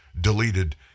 deleted